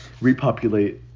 repopulate